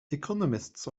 economists